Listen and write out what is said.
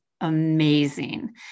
amazing